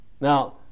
Now